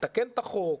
לתקן את החוק,